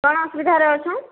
କଣ ଅସୁବିଧାରେ ଅଛଁ